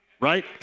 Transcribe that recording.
right